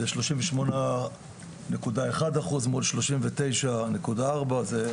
זה שלושים ושמונה נקודה אחד אחוז מול שלושים ותשע נקודה ארבע.